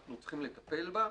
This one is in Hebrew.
אנחנו צריכים לטפל בה.